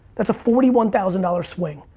that's a forty one thousand dollars swing.